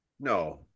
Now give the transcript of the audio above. No